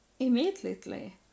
Immediately